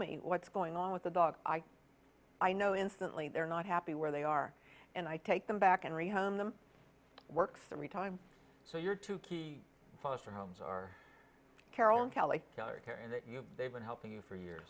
me what's going on with the dog i i know instantly they're not happy where they are and i take them back and re home them works every time so your two key foster homes are carolyn cali they've been helping you for y